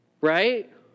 right